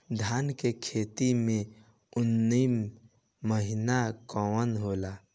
धान के खेती मे अन्तिम महीना कुवार होला?